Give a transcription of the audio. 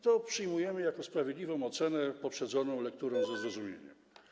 To przyjmujemy za sprawiedliwą ocenę, poprzedzoną lekturą ze zrozumieniem.